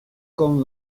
qu’on